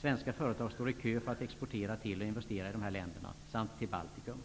Svenska företag står i kö för att exportera till och investera i de här länderna samt Baltikum.